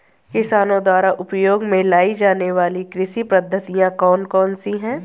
किसानों द्वारा उपयोग में लाई जाने वाली कृषि पद्धतियाँ कौन कौन सी हैं?